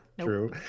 True